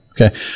okay